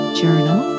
journal